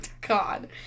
God